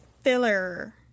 filler